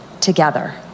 together